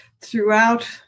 throughout